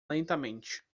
lentamente